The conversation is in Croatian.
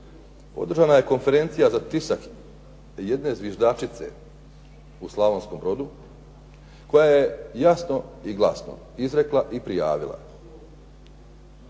održana je konferencija za tisak jedne zviždačice u Slavonskom Brodu koja je jasno i glasno izrekla i prijavila